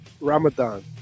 Ramadan